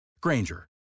Granger